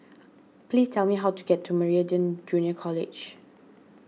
please tell me how to get to Meridian Junior College